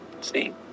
See